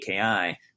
AKI